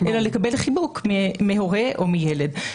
אלא לקבל חיבוק מהורה או מילד.